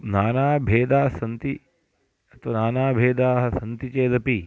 नाना भेदाः सन्ति अथवा नाना भेदाः सन्ति चेदपि